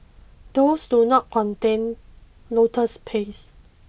those do not contain lotus paste